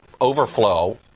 overflow